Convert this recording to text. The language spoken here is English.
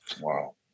Wow